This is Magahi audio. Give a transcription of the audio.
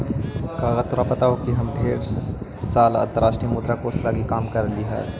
का तोरा पता हो हम ढेर साल अंतर्राष्ट्रीय मुद्रा कोश लागी काम कयलीअई हल